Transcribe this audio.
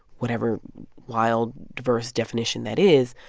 whatever wild, diverse definition that is.